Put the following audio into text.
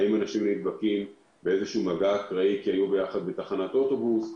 האם אנשים נדבקים מאיזשהו מגע אקראי בתחנת אוטובוס,